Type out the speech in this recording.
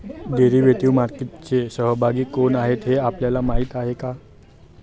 Derivative मार्केटचे सहभागी कोण आहेत हे आपल्याला माहित आहे का?